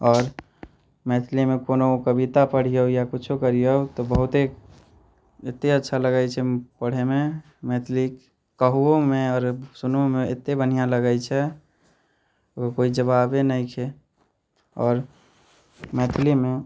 आओर मैथिलीमे कोनो कविता पढ़िऔ या किछु करिऔ तऽ बहुते एतेक अच्छा लगै छै पढ़ैमे मैथिली कहैओमे आओर सुनैओमे एतेक बढ़िआँ लगै छै ओ कोइ जवाबे नहि छै आओर मैथिलीमे